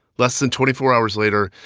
less than twenty four hours later,